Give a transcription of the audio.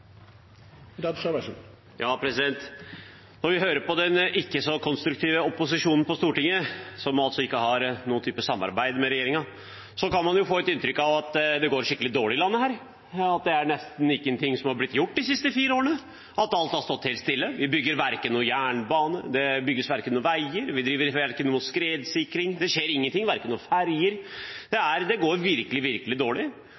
Når vi hører på den ikke så konstruktive opposisjonen på Stortinget, som ikke har noen type samarbeid med regjeringen, kan man få inntrykk av at det går skikkelig dårlig her i landet, at nesten ingenting er blitt gjort de siste fire årene, at alt har stått helt stille. Vi bygger verken noen jernbane eller noen veier. Vi driver verken med noen skredsikring – det skjer ingenting – eller med ferjer. Det går virkelig, virkelig dårlig.